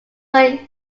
one